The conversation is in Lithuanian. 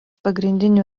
pagrindinių